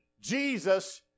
Jesus